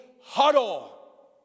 huddle